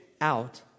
Out